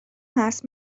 هست